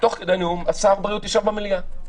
תוך כדי הנאום שר הבריאות ישב במליאה.